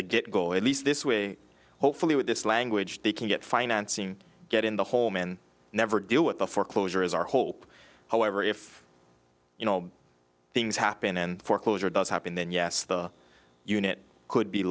the get go at least this way hopefully with this language they can get financing get in the home and never deal with the foreclosure is our hope however if you know things happen and foreclosure does happen then yes the unit could be